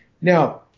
Now